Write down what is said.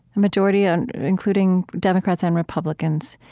a majority ah and including democrats and republicans,